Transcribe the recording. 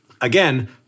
again